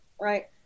right